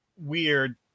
Weird